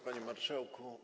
Panie Marszałku!